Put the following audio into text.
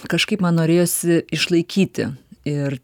kažkaip man norėjosi išlaikyti ir